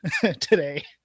today